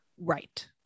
right